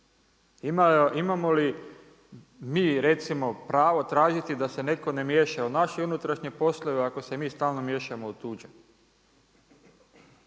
Imamo li mi recimo pravo tražiti da se netko ne miješa u naše unutrašnje poslove ako se mi stalno miješamo u tuđe?